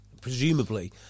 Presumably